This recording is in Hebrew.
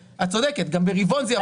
את צודקת, גם ברבעון זה יכול לקרות.